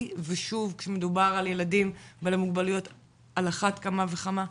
ושוב כשמדובר על ילדים בעלי מוגבלויות על אחת כמה וכמה.